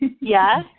Yes